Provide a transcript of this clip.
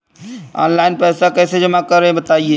Online पैसा कैसे जमा करें बताएँ?